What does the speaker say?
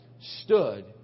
stood